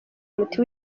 muti